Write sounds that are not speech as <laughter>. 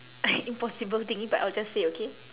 <noise> impossible thing but I'll just say okay